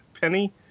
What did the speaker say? Penny